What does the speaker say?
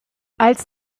als